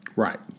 Right